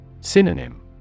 Synonym